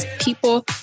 people